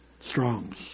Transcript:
Strong's